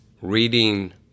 reading